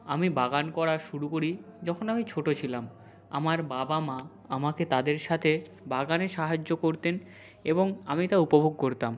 আমি বাগান করা শুরু করি যখন আমি ছোট ছিলাম আমার বাবা মা আমাকে তাদের সাথে বাগানে সাহায্য করতেন এবং আমি তা উপভোগ করতাম